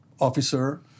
officer